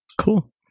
cool